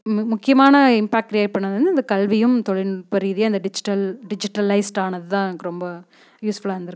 மு முக்கியமான impact create பண்ணது வந்து இந்த கல்வியும் தொழில்நுட்பம் ரீதியாக இந்த டிஜிட்டல் டிஜிட்டலைஸ்ட்டானது தான் எனக்கு ரொம்ப யூஸ்ஃபுல்லாக இருந்து இருக்கு